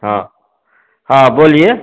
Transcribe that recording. हाँ हाँ बोलिए